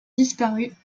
disparues